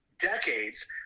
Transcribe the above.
decades